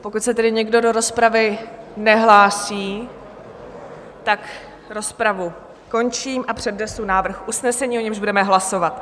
Pokud se tedy nikdo do rozpravy nehlásí, tak rozpravu končím a přednesu návrh usnesení, o němž budeme hlasovat: